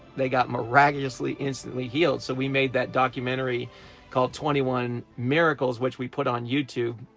they got miraculously, instantly healed! so we made that documentary called twenty one miracles which we put on youtube,